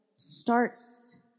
starts